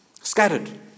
scattered